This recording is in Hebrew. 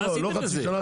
מה עשיתם עם זה?